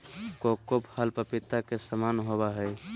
cocoa फल पपीता के समान होबय हइ